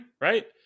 right